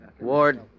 Ward